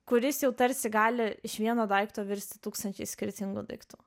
kuris jau tarsi gali iš vieno daikto virsti tūkstančiai skirtingu daiktu